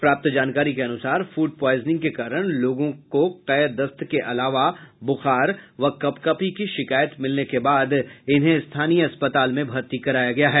प्राप्त जानकारी के अनुसार फूड प्वायजनिंग के कारण लोगों को कै दस्त के अलावा बुखार व कंपकंपी की शिकायत मिलने के बाद इन्हें स्थानीय अस्पताल में भर्ती कराया गया है